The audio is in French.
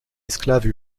esclaves